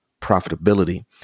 profitability